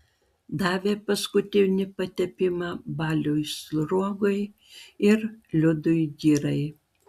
davė paskutinį patepimą baliui sruogai ir liudui girai